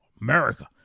America